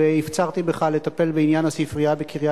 ואני אומרת למוחים באוהלים, יש לכם אוהל בכנסת.